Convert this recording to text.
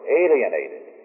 alienated